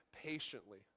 patiently